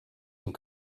and